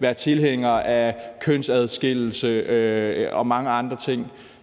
være tilhænger af kønsadskillelse og mange andre ting,